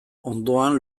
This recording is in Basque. ondoan